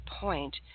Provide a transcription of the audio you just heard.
point